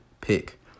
pick